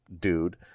dude